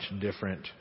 different